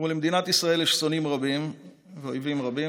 למדינת ישראל יש שונאים רבים ואויבים רבים